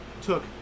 took